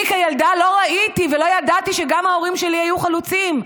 אני כילדה לא ראיתי ולא ידעתי שגם ההורים שלי היו חלוצים,